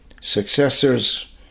successors